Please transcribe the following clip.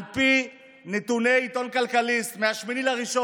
על פי נתוני עיתון כלכליסט מ-8 בינואר,